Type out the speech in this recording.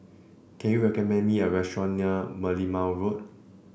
can you recommend me a restaurant near Merlimau Road